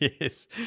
yes